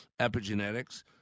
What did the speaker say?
Epigenetics